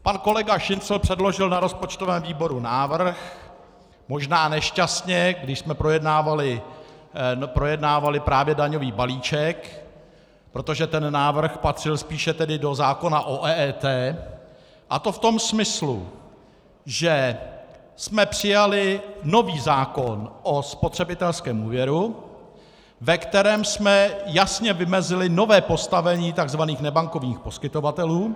Pan kolega Šincl předložil na rozpočtovém výboru návrh možná nešťastně, když jsme projednávali právě daňový balíček, protože ten návrh patřil spíše do zákona o EET , a to v tom smyslu, že jsme přijali nový zákon o spotřebitelském úvěru, ve kterém jsme jasně vymezili nové postavení takzvaných nebankovních poskytovatelů.